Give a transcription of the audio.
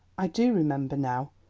i do remember now,